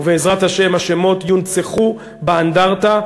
ובעזרת השם השמות יונצחו באנדרטה.